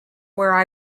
where